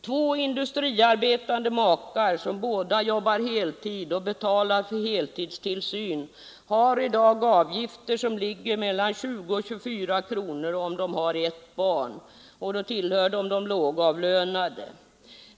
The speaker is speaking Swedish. Två industriarbetande makar som båda jobbar heltid och betalar för heltidstillsyn har i dag avgifter som ligger mellan 20 och 24 kronor per dag, om de har ett barn — och då tillhör båda de lågavlönade!